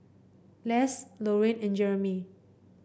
Les Lorraine and Jeramy